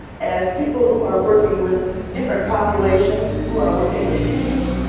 as people who are working with different populations, who are working with students,